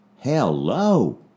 Hello